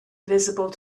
visible